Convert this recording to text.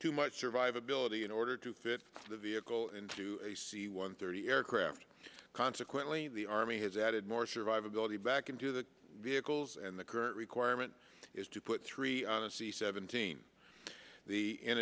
too much survivability in order to fit the vehicle into a c one thirty aircraft consequently the army has added more survivability back into the vehicles and the current requirement is to put three on a c seventeen